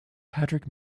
patrick